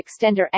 Extender